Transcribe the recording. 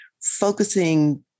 focusing